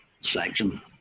section